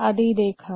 आदि देखा